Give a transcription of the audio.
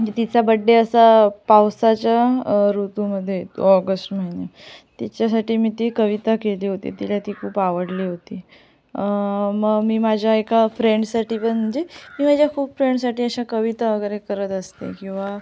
म्हणजे तिचा बड्डे असा पावसाच्या ऋतूमध्ये ऑगस्ट महिन्यात तिच्यासाठी मी ती कविता केली होती तिला ती खूप आवडली होती मग मी माझ्या एका फ्रेंडसाठी पण म्हणजे मी माझ्या खूप फ्रेंडसाठी अशा कविता वगैरे करत असते किंवा